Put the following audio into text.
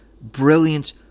brilliant